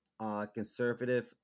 conservative